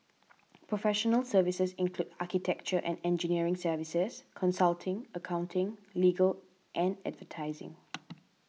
professional services include architecture and engineering services consulting accounting legal and advertising